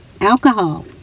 alcohol